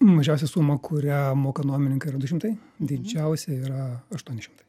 mažiausia suma kurią moka nuomininkai yra du šimtai didžiausia yra aštuoni šimtai